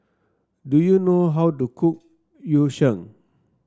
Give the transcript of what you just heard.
do you know how to cook Yu Sheng